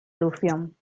erupción